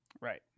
Right